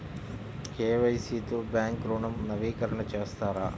KYC తో bank ఋణం నవీకరణ చేస్తారా?